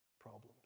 problems